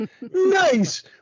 nice